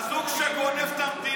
הינה, הינה הזוג, הזוג שגונב את המדינה.